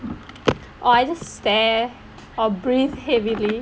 or just stare or breathe heavily